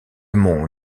mont